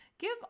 Give